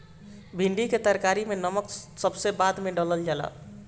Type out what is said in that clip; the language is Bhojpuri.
भिन्डी के तरकारी में नमक सबसे बाद में डालल जाला